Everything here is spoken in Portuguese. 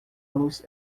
los